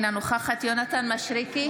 אינה נוכחת יונתן מישרקי,